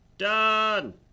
Done